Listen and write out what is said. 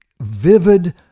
vivid